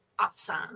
awesome